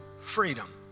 freedom